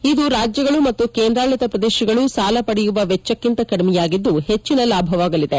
ಇದು ರಾಜ್ಗಳು ಮತ್ತು ಕೇಂದ್ರಾಡಳಿತ ಪ್ರದೇಶಗಳು ಸಾಲ ಪಡೆಯುವ ವೆಚ್ಚಕ್ಕಿಂತ ಕಡಿಮೆಯಾಗಿದ್ದು ಹೆಚ್ಚಿನ ಲಾಭವಾಗಲಿದೆ